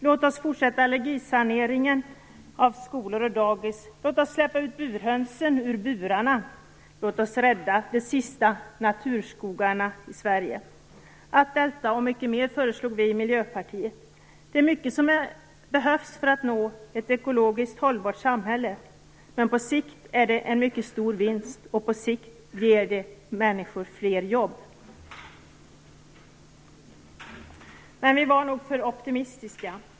Låt oss fortsätta allergisaneringen av skolor och dagis. Låt oss släppa ut burhönsen ur burarna. Låt oss rädda de sista naturskogarna i Sverige. Allt detta och mycket mer föreslog vi i Miljöpartiet. Det är mycket som behövs för att nå ett ekologiskt hållbart samhälle. Men på sikt är det en mycket stor vinst och ger människor fler jobb. Men vi var nog för optimistiska.